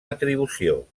atribució